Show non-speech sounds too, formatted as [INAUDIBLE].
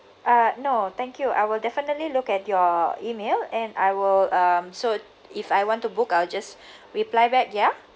uh no thank you I will definitely look at your email and I will um so if I want to book I'll just [BREATH] reply back ya